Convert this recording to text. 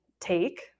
take